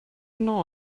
know